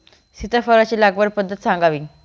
सीताफळ लागवडीची पद्धत सांगावी?